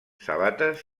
sabates